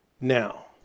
now